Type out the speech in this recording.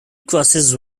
crosses